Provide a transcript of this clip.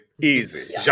Easy